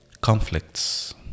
Conflicts